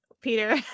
Peter